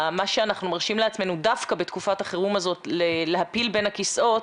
מה שאנחנו מרשים לעצמנו דווקא בתקופת החירום הזאת להפיל בין הכיסאות,